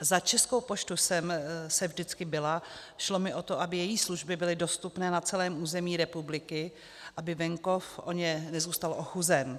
Za Českou poštu jsem se vždycky bila, šlo mi o to, aby její služby byly dostupné na celém území republiky, aby venkov o ně nezůstal ochuzen.